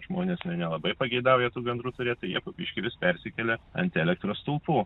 žmonės jų nelabai pageidauja tų gandrų turėt tai jie po biškį vis persikelia ant elektros stulpų